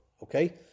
Okay